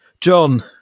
john